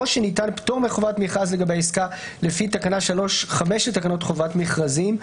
או שניתן פטור מחובת מכרז לגבי עסקה לפי תקנה 3(5) לתקנות חובת מכרזים,